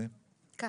תודה